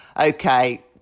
okay